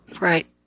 Right